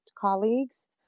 colleagues